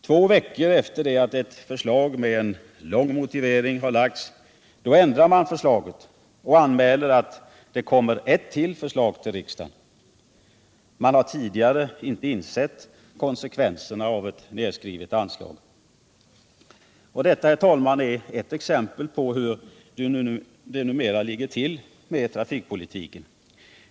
Två veckor efter det att ett förslag med en lång motivering framlagts ändrar man detta och anmäler ett ytterligare förslag till riksdagen. Man har tidigare inte insett konsekvenserna av ett nedskrivet anslag. Det är, herr talman, ett exempel på hur det numera ligger till med trafikpolitiken.